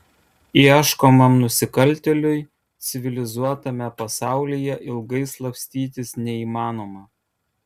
ieškomam nusikaltėliui civilizuotame pasaulyje ilgai slapstytis neįmanoma